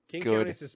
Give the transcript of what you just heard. Good